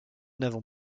n’avons